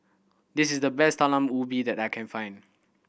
this is the best Talam Ubi that I can find